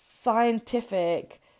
scientific